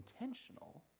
intentional